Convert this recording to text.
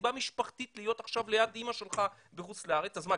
אולי יש לך סיבה משפחתית להיות ליד אימא שלך בחוץ לארץ אז מה,